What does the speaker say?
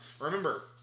Remember